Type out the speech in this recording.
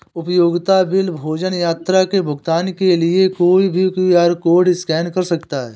उपयोगिता बिल, भोजन, यात्रा के भुगतान के लिए कोई भी क्यू.आर कोड स्कैन कर सकता है